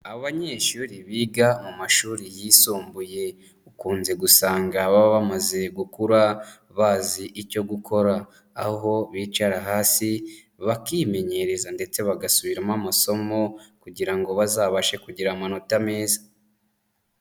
Abanyeshuri biga mu mashuri yisumbuye ukunze gusanga baba bamaze gukura bazi icyo gukora, aho bicara hasi bakimenyereza ndetse bagasubiramo amasomo kugira ngo bazabashe kugira amanota meza.